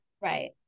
right